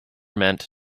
meant